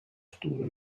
studio